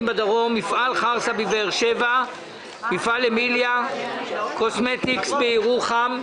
בדרום: מפעל חרסה בבאר שבע ומפעל אמיליה קוסמטיקס בירוחם.